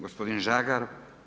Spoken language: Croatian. Gospodin Žagar.